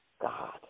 God